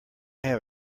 have